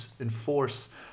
enforce